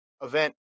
event